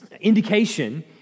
indication